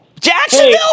Jacksonville